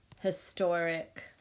historic